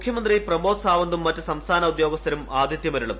മുഖ്യമന്ത്രി പ്രമോദ് സാവന്തും മറ്റ് സംസ്ഥാന ഉദ്യോഗസ്ഥരും ആതിഥ്യമരുളും